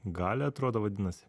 gali atrodo vadinasi